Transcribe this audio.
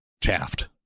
Taft